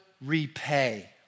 repay